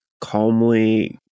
calmly